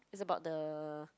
is about the